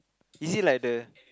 is it like the